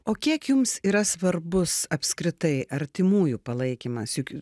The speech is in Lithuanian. o kiek jums yra svarbus apskritai artimųjų palaikymas juk